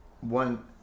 one